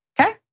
okay